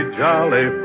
jolly